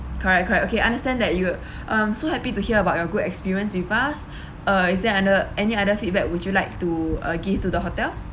correct correct okay understand that you um so happy to hear about your good experience with us uh is there other any other feedback would you like to uh give to the hotel